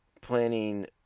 planning